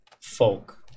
folk